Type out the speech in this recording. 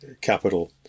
capital